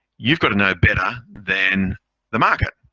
you've got to know better than the market.